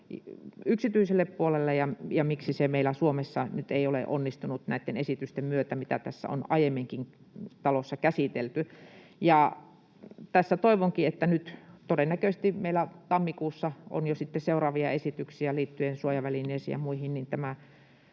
yksityiselle puolelle ja miksi se meillä Suomessa ei nyt ole onnistunut näitten esitysten myötä, mitä on aiemminkin talossa käsitelty. Tässä toivonkin, että nyt kun todennäköisesti meillä tammikuussa on jo sitten seuraavia esityksiä liittyen suojavälineisiin ja muihin,